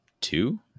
two